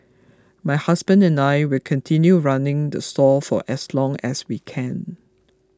my husband and I will continue running the stall for as long as we can